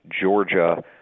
Georgia